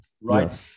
Right